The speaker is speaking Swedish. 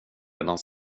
redan